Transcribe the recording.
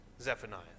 Zephaniah